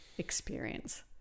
experience